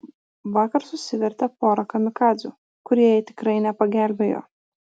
vakar susivertė porą kamikadzių kurie jai tikrai nepagelbėjo